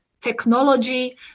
technology